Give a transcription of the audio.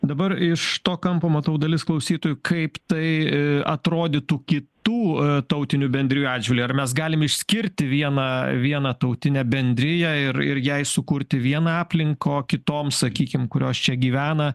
dabar iš to kampo matau dalis klausytojų kaip tai atrodytų kitų tautinių bendrijų atžvilgiu ar mes galim išskirti vieną vieną tautinę bendriją ir ir jai sukurti vieną aplinko kitoms sakykim kurios čia gyvena